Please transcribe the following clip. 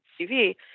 TV